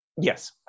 yes